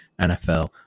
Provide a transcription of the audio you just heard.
NFL